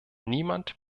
niemand